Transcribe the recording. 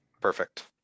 perfect